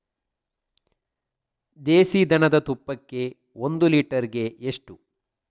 ದೇಸಿ ದನದ ತುಪ್ಪಕ್ಕೆ ಒಂದು ಲೀಟರ್ಗೆ ಎಷ್ಟು?